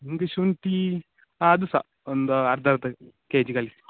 ನಮಗೆ ಶುಂಠಿ ಅದು ಸಹ ಒಂದು ಅರ್ಧ ಅರ್ಧ ಕೆ ಜಿ ಕಳಿಸಿ